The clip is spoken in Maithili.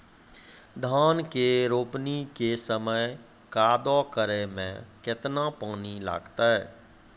धान के रोपणी के समय कदौ करै मे केतना पानी लागतै?